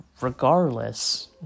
regardless